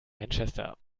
manchester